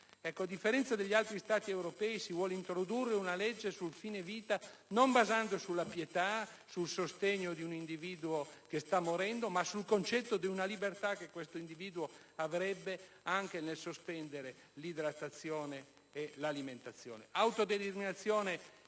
A differenza degli altri Stati europei, in Italia si vuole introdurre una legge sul fine vita non basata sulla pietà e sul sostegno di un individuo che sta morendo, ma sul concetto di una libertà che questo individuo avrebbe nel sospendere anche l'idratazione e l'alimentazione. Il relatore sa